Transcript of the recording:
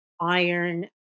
iron